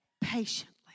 patiently